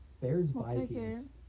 Bears-Vikings